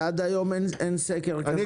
ועד היום אין סקר כזה?